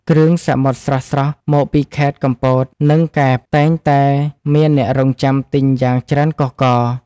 គ្រឿងសមុទ្រស្រស់ៗមកពីខេត្តកំពត និងកែប តែងតែមានអ្នករង់ចាំទិញយ៉ាងច្រើនកុះករ។